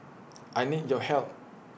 I need your help